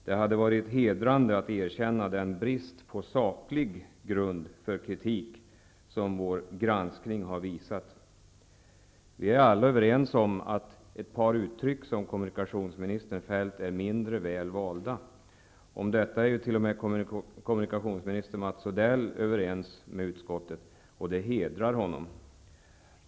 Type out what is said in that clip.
Det hade varit hedrande om man hade erkänt den brist på saklig grund för kritik som vår granskning har visat på. Vi är alla överens om att ett par uttryck som kommunikationsministern använt är mindre väl valda. Om detta är t.o.m. kommunikationsminister Mats Odell överens med utskottet. Det hedrar honom.